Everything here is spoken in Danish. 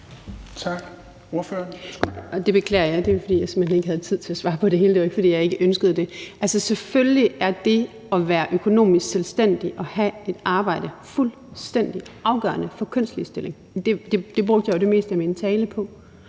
Skipper (EL): Det beklager jeg. Det var, simpelt hen fordi jeg ikke havde tid til at svare på det; det var ikke, fordi jeg ikke ønskede det. Altså, selvfølgelig er det at være økonomisk selvstændig og have et arbejde fuldstændig afgørende for kønsligestilling. Det brugte jeg jo det meste af min tale på